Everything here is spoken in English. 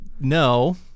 No